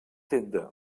tenda